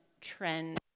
trend